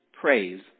Praise